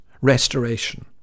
restoration